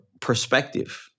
perspective